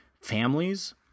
families